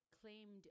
claimed